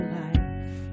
life